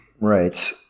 right